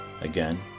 Again